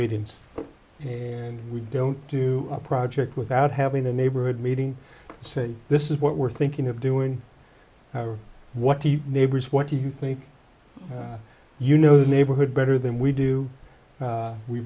meetings and we don't do a project without having the neighborhood meeting say this is what we're thinking of doing what the neighbors what do you think you know the neighborhood better than we do